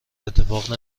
اتفاق